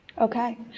okay